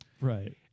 Right